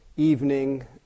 evening